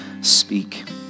speak